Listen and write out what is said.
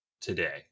today